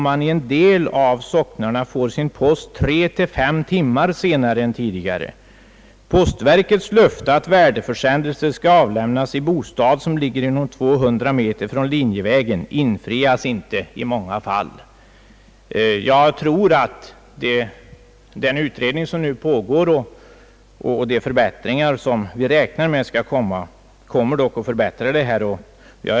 I en del socknar kommer posten tre—fem timmar senare än den gjorde förut. Postverkets löfte att värdeförsändelser skall avlämnas i bostad som ligger inom ett avstånd av 200 meter från linjevägen infrias i många fall inte. Jag tror att den utredning som pågår och de ändringar som väntas kommer att förbättra läget. Jag är överens med herr statsrådet om att det är viktigt att göra det bästa i den situation som föreligger.